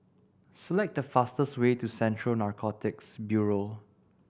select the fastest way to Central Narcotics Bureau